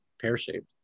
pear-shaped